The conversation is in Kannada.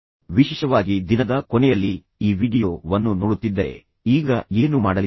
ನೀವು ವಿಶೇಷವಾಗಿ ದಿನದ ಕೊನೆಯಲ್ಲಿ ಈ ವೀಡಿಯೊ ವನ್ನು ನೋಡುತ್ತಿದ್ದರೆ ನೀವು ಈಗ ಏನು ಮಾಡಲಿದ್ದೀರಿ